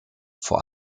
vor